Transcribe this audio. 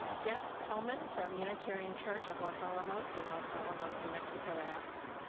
jess coleman from unitarian church of los alamos in los alamos, new mexico, asks,